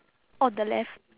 on the left